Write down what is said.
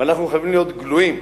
ואנחנו חייבים להיות גלויים,